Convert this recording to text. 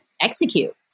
execute